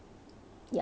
ya